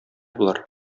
болар